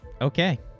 okay